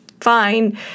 fine